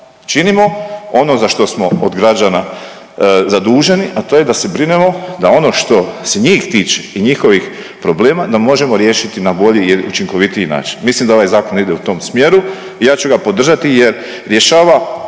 Činimo ono za što smo od građana zaduženi a to je da se brinemo da ono što se njih tiče i njihovih problema da možemo riješiti na bolji i učinkovitiji način. Mislim da ovaj zakon ide u tom smjeru i ja ću ga podržati jer rješava